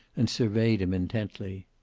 and surveyed him intently.